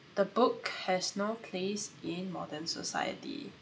the book has no place in modern society